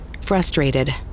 Frustrated